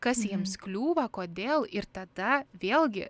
kas jiems kliūva kodėl ir tada vėlgi